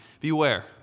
beware